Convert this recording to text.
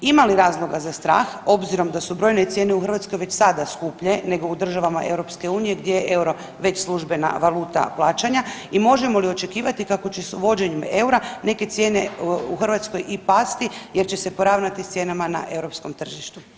Ima li razloga za strah obzirom da su brojne cijene u Hrvatskoj već sada skuplje nego u državama EU gdje je euro već službena valuta plaćanja i možemo li očekivati kako će s uvođenjem eura neke cijene u Hrvatskoj i pasti jer će se poravnati s cijenama na europskom tržištu?